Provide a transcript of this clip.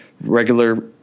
regular